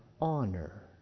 honor